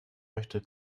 möchte